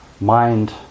mind